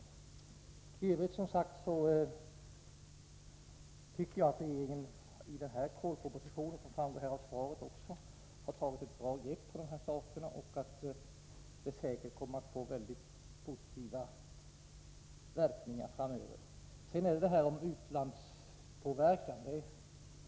I övrigt tycker jag som sagt att regeringen i propositionen om kolfrågor, och det framgår även av svaret, har tagit ett bra grepp på det här problemet. Det kommer säkert att få positiva verkningar framöver. Sedan har vi detta med utlandspåverkan.